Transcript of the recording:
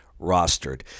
rostered